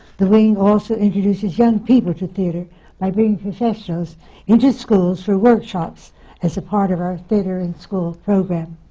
the wing also introduces young people to theatre by bringing professionals into schools for workshops as a part of our theatre in school program.